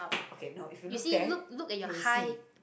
okay no if you look there you'll see